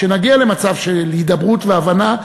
שנגיע למצב של הידברות והבנה,